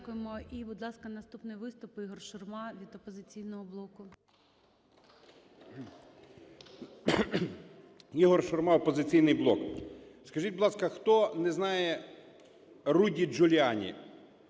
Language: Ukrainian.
Дякуємо. І, будь ласка, наступний виступ - Ігор Шурма від "Опозиційного блоку" 12:46:49 ШУРМА І.М. Ігор Шурма, "Опозиційний блок". Скажіть, будь ласка, хто не знає Руді Джуліані?